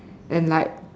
and like